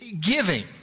giving